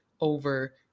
over